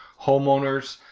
homeowners,